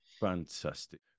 fantastic